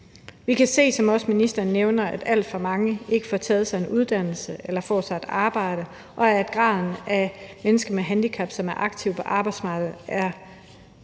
Vi kan se, som ministeren også nævner, at alt for mange ikke får taget sig en uddannelse eller får sig et arbejde, og at antallet af mennesker med handicap, som er aktive på arbejdsmarkedet, er